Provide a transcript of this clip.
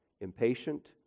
impatient